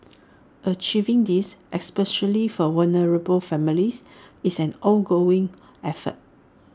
achieving this especially for vulnerable families is an ongoing effort